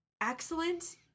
excellent